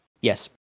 Yes